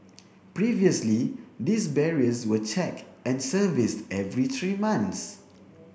previously these barriers were checked and serviced every three months